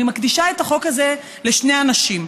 אני מקדישה את החוק הזה לשני אנשים: